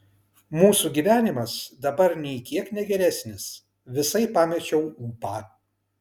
mūsų gyvenimas dabar nei kiek ne geresnis visai pamečiau ūpą